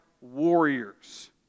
warriors